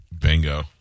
Bingo